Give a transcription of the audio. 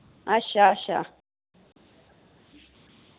अच्छा अच्छा